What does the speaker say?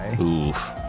Oof